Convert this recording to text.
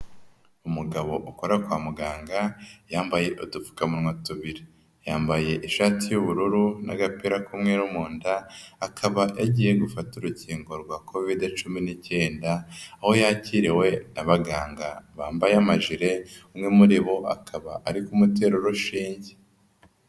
Umugabo ukora kwa muganga yambaye udupfukamunwa tubiri, yambaye ishati y'ubururu n'agapira k'umweru mu nda akaba agiye gufata urukingo rwa covid cumi n'icyenda, aho yakiriwe n'abaganga bambaye amajire umwe muri bo akaba ari kumutera urushinge.